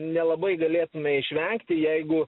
nelabai galėtume išvengti jeigu